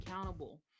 accountable